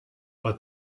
but